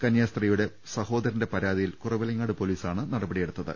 കന്യാസ്ത്രീയുടെ സഹോദരന്റെ പരാതിയിൽ കുറവിലങ്ങാട് പൊലീസാണ് നടപടിയെടുത്തത്